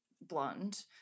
blonde